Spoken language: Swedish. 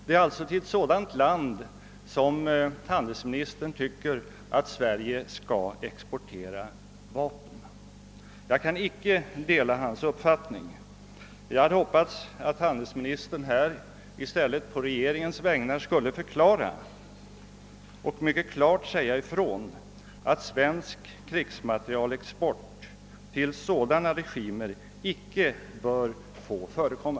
Det är alltså till ett sådant land som Sverige enligt handelsministerns mening skall exportera vapen. Jag kan, som sagt, icke dela hans uppfattning. Jag hade hoppats att handelsministern i stället på regeringens vägnar mycket klart skulle säga ifrån, att svensk krigsmaterielexport till sådana regimer icke bör få förekomma.